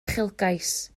uchelgais